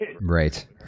Right